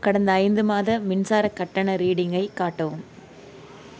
கடந்த ஐந்து மாத மின்சார கட்டண ரீடிங்கை காட்டவும்